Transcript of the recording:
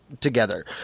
together